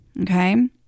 Okay